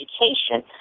education